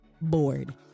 bored